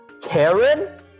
Karen